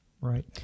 Right